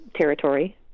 territory